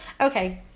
Okay